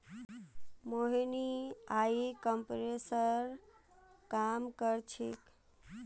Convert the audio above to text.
मोहिनी ई कॉमर्सेर काम कर छेक्